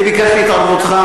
אני ביקשתי התערבותך?